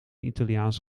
italiaans